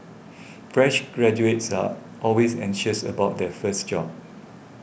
fresh graduates are always anxious about their first job